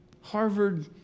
Harvard